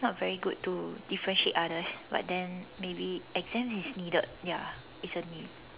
not very good to differentiate others but then maybe exam is needed ya it's a need